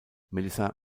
melissa